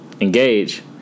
engage